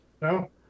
No